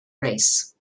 race